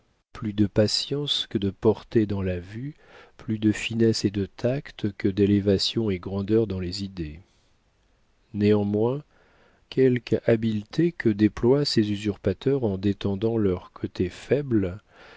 plus de patience que de portée dans la vue plus de finesse et de tact que d'élévation et de grandeur dans les idées néanmoins quelque habileté que déploient ces usurpateurs en défendant leurs côtés faibles